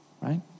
right